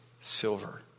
silver